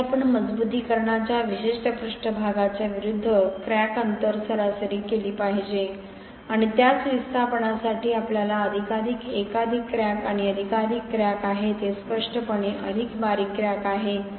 येथे आपण मजबुतीकरणाच्या विशिष्ट पृष्ठभागाच्या विरुद्ध क्रॅक अंतर सरासरी केले पाहिजे आणि त्याच विस्थापनासाठी आपल्याला अधिकाधिक एकाधिक क्रॅक आणि अधिकाधिक क्रॅक आहेत हे स्पष्टपणे अधिक बारीक क्रॅक आहे